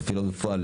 מפעילות בפועל,